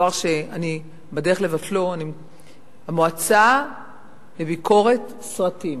דבר שאני בדרך לבטלו, המועצה לביקורת סרטים,